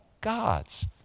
God's